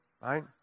right